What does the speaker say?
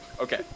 Okay